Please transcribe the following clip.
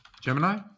Gemini